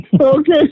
Okay